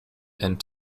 and